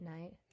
night